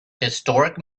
historic